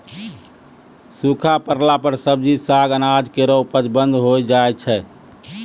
सूखा परला पर सब्जी, साग, अनाज केरो उपज बंद होय जाय छै